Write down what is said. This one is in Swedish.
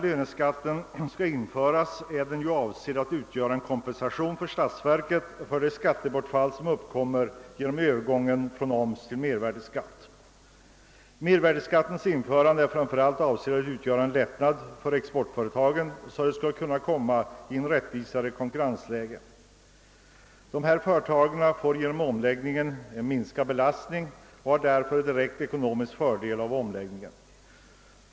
Löneskatten är ju avsedd att utgöra en kompensation till statsverket för det skattebortfall som uppkommer genom övergången från omsättningsskatt till mervärdeskatt. Mervärdeskattens införande är framför allt avsedd att utgöra en lättnad för exportföretagen, så att de skall kunna komma i ett rättvisare konkurrensläge. Dessa företag får genom omläggningen en minskad belastning och har därför direkt ekonomisk fördel av omläggningen.